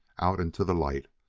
out into the light,